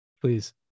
please